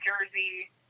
Jersey